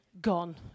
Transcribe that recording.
gone